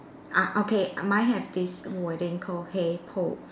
uh okay mine have this wording call hey Paul